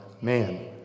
Man